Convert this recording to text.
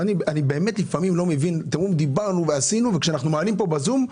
אתם אומרים דיברנו ועשינו וכשאנחנו מעלים בזום,